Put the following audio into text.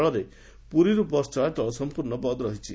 ଫଳରେ ପୁରୀରୁ ବସ୍ ଚଳାଚଳ ସଂପୃଶ୍ଚ ବନ୍ଦ ରହିଛି